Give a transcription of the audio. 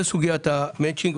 זה לגבי סוגיית המצ'ינג.